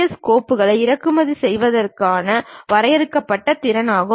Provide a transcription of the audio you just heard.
L கோப்புகளை இறக்குமதி செய்வதற்கான வரையறுக்கப்பட்ட திறன் ஆகும்